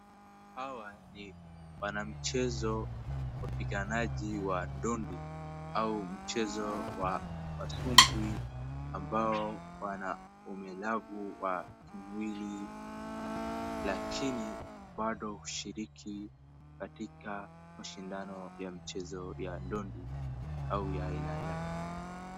Hawa ni wanamichezo, wapiganaji wa ndondi au mchezo wa masumbwi ambao wana ulemavu wa kimwili lakini bado hushiriki katika mashindano ya michezo ya ndondi au ya aina ya...